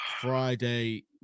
Friday